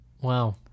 Wow